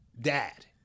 dad